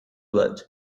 blood